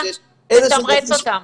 תתמרץ אותם.